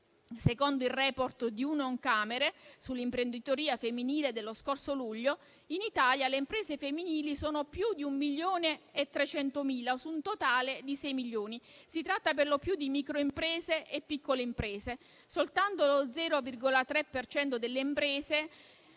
Secondo il *report* di Unioncamere sull'imprenditoria femminile dello scorso luglio, in Italia le imprese femminili sono più di 1,3 milioni, su un totale di 6 milioni. Si tratta per lo più di microimprese e piccole imprese. Soltanto lo 0,3 per cento delle imprese